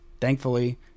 Thankfully